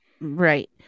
Right